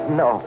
no